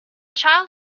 child